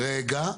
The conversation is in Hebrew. רגע.